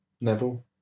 Neville